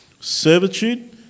servitude